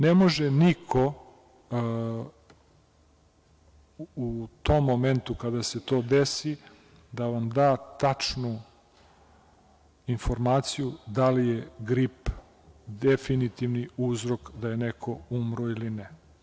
Ne može niko u tom momentu kada se to desi da vam da tačnu informaciju da li je grip definitivni uzrok da je neko umro ili ne.